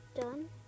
done